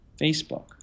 Facebook